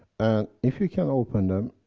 and if you can open them,